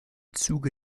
zuge